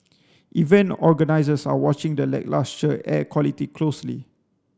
event organisers are watching the lacklustre air quality closely